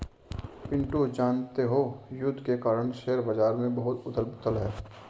पिंटू जानते हो युद्ध के कारण शेयर बाजार में बहुत उथल पुथल है